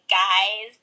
guys